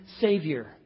Savior